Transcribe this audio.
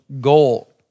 goal